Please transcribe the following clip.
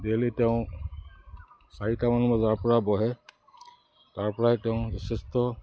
daily তেওঁ চাৰিটামান বজাৰপৰা বহে তাৰপৰাই তেওঁ যথেষ্ট